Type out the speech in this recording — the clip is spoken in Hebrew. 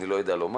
אני לא יודע לומר.